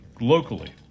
locally